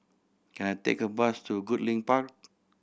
can I take a bus to Goodlink Park